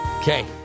Okay